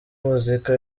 muzika